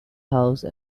house